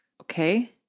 Okay